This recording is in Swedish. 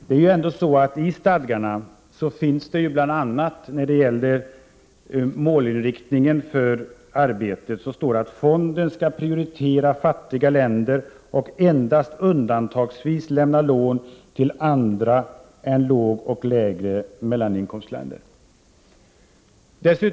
Beträffande målinriktningen för arbetet står det i stadgarna att fonden skall prioritera fattiga länder och endast undantagsvis lämna lån till andra än lågoch lägre mellaninkomstländer.